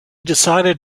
decided